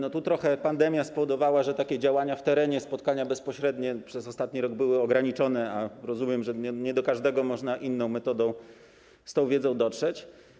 Pandemia trochę spowodowała, że działania w terenie, spotkania bezpośrednie przez ostatni rok były ograniczone, a rozumiem, że nie do każdego można inną metodą z tą wiedzą dotrzeć.